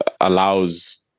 allows